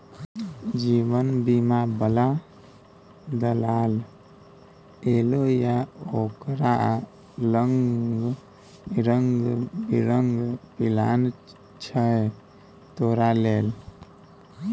जीवन बीमा बला दलाल एलौ ये ओकरा लंग रंग बिरंग पिलान छौ तोरा लेल